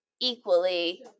equally